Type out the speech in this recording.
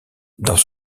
dans